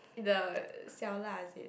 the 小辣姐:Xiao La Jie